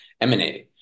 emanating